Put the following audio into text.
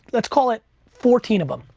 let's call it fourteen of em,